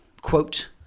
quote